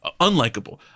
unlikable